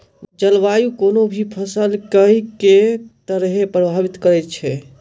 जलवायु कोनो भी फसल केँ के तरहे प्रभावित करै छै?